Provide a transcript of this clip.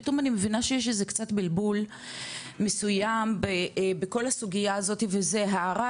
פתאום אני מבינה שיש איזה קצת בלבול מסוים בכל הסוגייה הזאתי וזה הערה